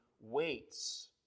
waits